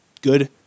good